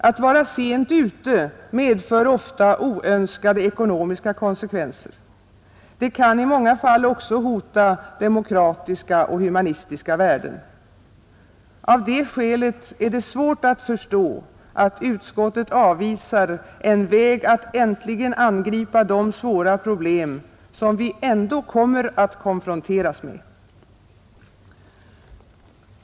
Att vara sent ute medför ofta oönskade ekonomiska konsekvenser; det kan i många fall också hota demokratiska och humanistiska värden. Av det skälet är det svårt att förstå att utskottet avvisar en väg att äntligen angripa de svåra problem som vi ändå kommer att konfronteras med.